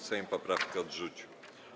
Sejm poprawkę odrzucił.